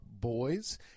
boys